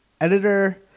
editor